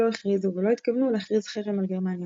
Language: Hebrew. הכריזו ולא התכוונו להכריז חרם על גרמניה.